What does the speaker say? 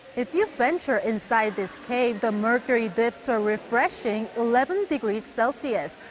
if you venture inside this cave, the mercury dips to a refreshing eleven degrees celsius.